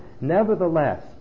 nevertheless